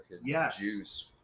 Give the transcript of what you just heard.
yes